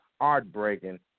heartbreaking